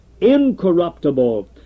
incorruptible